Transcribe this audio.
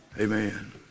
Amen